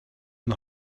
and